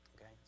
Okay